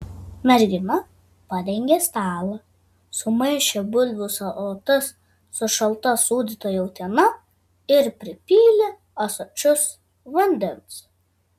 mergina padengė stalą sumaišė bulvių salotas su šalta sūdyta jautiena ir pripylė ąsočius vandens